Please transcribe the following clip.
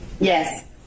Yes